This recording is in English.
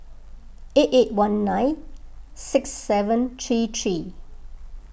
eight eight one nine six seven three three